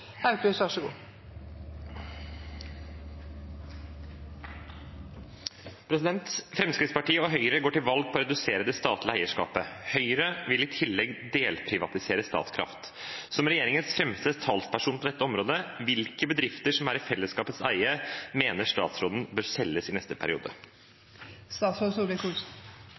og Høyre går til valg på å redusere det statlige eierskapet. Høyre vil i tillegg delprivatisere Statkraft. Som regjeringens fremste talspersonen på dette området, hvilke bedrifter som fellesskapet eier, mener statsråden bør selges i neste periode?»